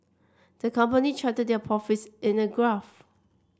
the company charted their profits in a graph